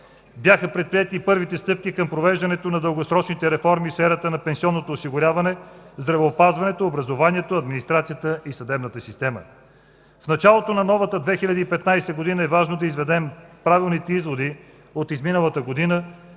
Бяха предприети първите стъпки към провеждането на дългосрочните реформи в сферата на пенсионното осигуряване, здравеопазването, образованието, администрацията и съдебната система. В началото на новата 2015 г. е важно да изведем правилните изводи от изминалата година,